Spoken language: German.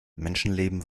menschenleben